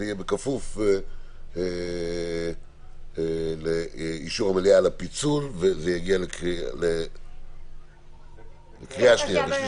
זה יהיה בכפוף לאישור המליאה על הפיצול וזה יגיע לקריאה שנייה ושלישית.